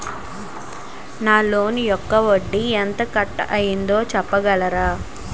నా లోన్ యెక్క వడ్డీ ఎంత కట్ అయిందో చెప్పగలరా?